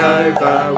over